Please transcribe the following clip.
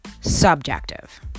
subjective